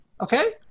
Okay